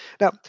now